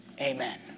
Amen